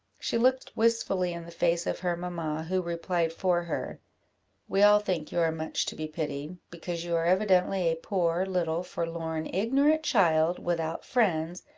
she looked wistfully in the face of her mamma, who replied for her we all think you are much to be pitied, because you are evidently a poor, little, forlorn, ignorant child, without friends,